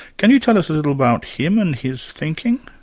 can you tell us a little about him and his thinking?